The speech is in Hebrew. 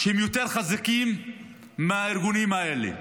שהם יותר חזקים מהארגונים האלה,